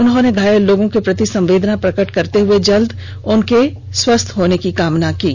उन्होंने घायल लोगों के प्रति संवेदना प्रकट करते हुए जल्द स्वस्थ होने की कामना की है